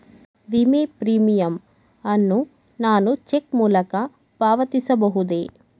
ವಿಮೆ ಪ್ರೀಮಿಯಂ ಅನ್ನು ನಾನು ಚೆಕ್ ಮೂಲಕ ಪಾವತಿಸಬಹುದೇ?